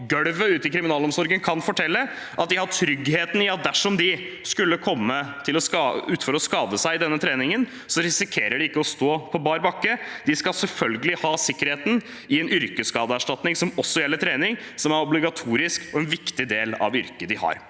golvet ute i kriminalomsorgen kan fortelle – at de har tryggheten i at dersom de skulle komme til å skade seg i denne treningen, risikerer de ikke å stå på bar bakke. De skal selvfølgelig ha sikkerheten i en yrkesskadeerstatning som også gjelder trening som er obligatorisk, og en viktig del av yrket de har.